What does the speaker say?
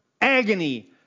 agony